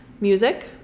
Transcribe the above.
Music